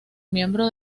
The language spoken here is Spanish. miembro